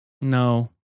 No